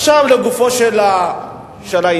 עכשיו לגופו של עניין.